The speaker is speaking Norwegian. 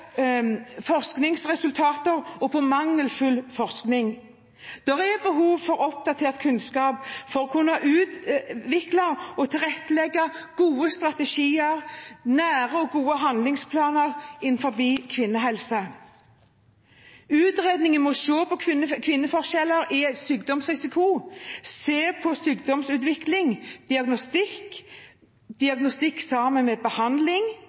forskningsresultater og mangelfull forskning. Det er behov for oppdatert kunnskap for å kunne utvikle og tilrettelegge gode strategier og nære og gode handlingsplaner innenfor kvinnehelse. Utredningen må se på kvinneforskjeller når det gjelder sykdomsrisiko, se på sykdomsutvikling, diagnostikk og diagnostikk sammen med behandling.